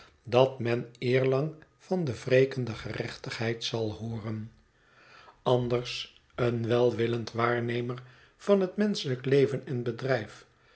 dat men eerlang van de wrekende gerechtigheid zal hooren anders een welwillend waarnemer van het menschelijk leven en bedrijf